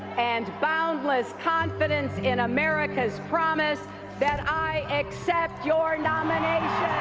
and boundless confidence in america's promise that i accept your nomination